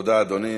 תודה, אדוני.